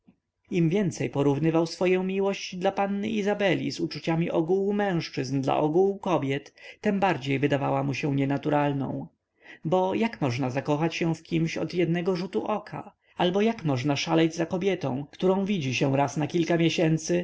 im więcej porównywał swoję miłość dla panny izabeli z uczuciami ogółu mężczyzn dla ogółu kobiet tem bardziej wydawała mu się nienaturalną bo jak można zakochać się w kimś od jednego rzutu oka albo jak można szaleć za kobietą którą widzi się raz na kilka miesięcy